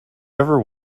ever